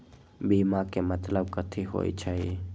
बीमा के मतलब कथी होई छई?